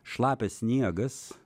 šlapias sniegas